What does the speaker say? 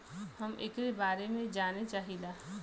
हम एकरे बारे मे जाने चाहीला?